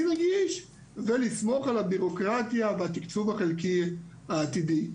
נגיש ולסמוך על הבירוקרטיה והתקצוב החלקי העתידי.